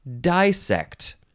dissect